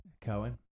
Cohen